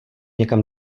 někam